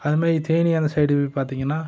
அதுமாதிரி தேனி அந்த சைடு போய் பார்த்திங்கனா